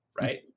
right